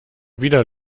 wieder